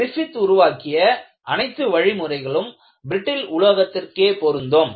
Griffith உருவாக்கிய அனைத்து வழிமுறைகளும் பிரட்டில் உலோகத்திற்கே பொருந்தும்